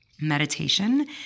Meditation